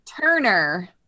Turner